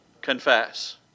confess